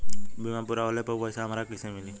बीमा पूरा होले पर उ पैसा हमरा के कईसे मिली?